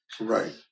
right